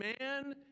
man